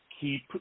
keep